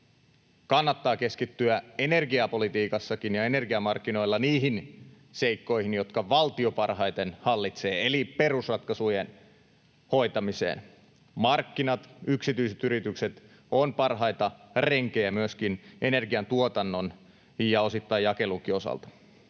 kannattaa keskittyä energiapolitiikassakin ja energiamarkkinoilla niihin seikkoihin, jotka valtio parhaiten hallitsee, eli perusratkaisujen hoitamiseen. Markkinat, yksityiset yritykset, ovat parhaita renkejä myöskin energiantuotannon ja osittain ‑jakelunkin osalta.